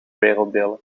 werelddelen